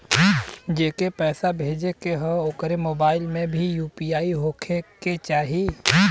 जेके पैसा भेजे के ह ओकरे मोबाइल मे भी यू.पी.आई होखे के चाही?